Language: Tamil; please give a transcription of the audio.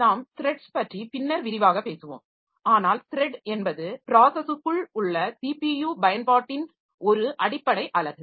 நாம் த்ரட்ஸ் பற்றி பின்னர் விரிவாகப் பேசுவோம் ஆனால் த்ரட் என்பது ப்ராஸஸுக்குள் உள்ள ஸிபியு பயன்பாட்டின் ஒரு அடிப்படை அலகு